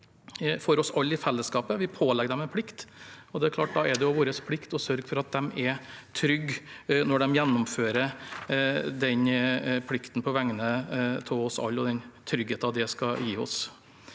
sitt for oss alle i fellesskapet. Vi pålegger dem en plikt, og det er klart at da er det vår plikt å sørge for at de er trygge når de gjennomfører den plikten på vegne av oss alle og den tryggheten det skal gi oss.